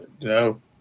No